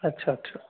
আচ্ছা আচ্ছা